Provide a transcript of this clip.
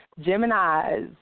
Gemini's